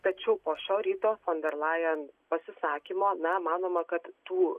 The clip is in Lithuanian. tačiau po šio ryto fon der lajen pasisakymo na manoma kad tų